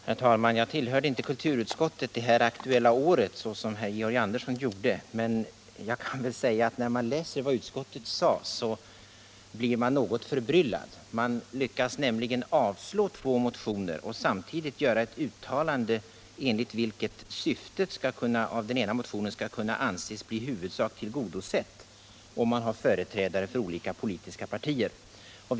Herr talman! Jag tillhörde inte kulturutskottet det aktuella året, vilket Georg Andersson gjorde. Men jag kan väl säga att när man läser vad utskottet skrev, så blir man något förbryllad. Utskottet lyckades nämligen med att avslå två motioner men samtidigt göra ett uttalande enligt vilket syftet i den ena motionen kunde anses i huvudsak tillgodosett om man har företrädare för olika politiska partier med.